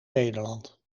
nederland